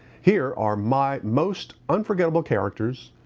here are my most unforgettable characters,